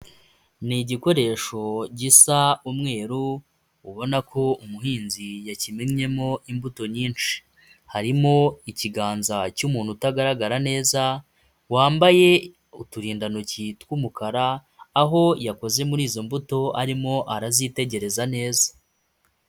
Ni igikoresho gisa umweru, ubona ko umuhinzi yakimennyemo imbuto nyinshi, harimo ikiganza cy'umuntu utagaragara neza wambaye uturindantoki tw'umukara, aho yakoze muri izo mbuto arimo arazitegereza neza.